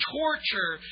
torture